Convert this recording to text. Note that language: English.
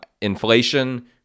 inflation